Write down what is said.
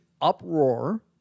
uproar